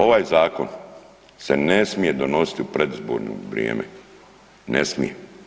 Ovaj zakon se ne smije donositi u predizborno vrijeme, ne smije.